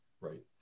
right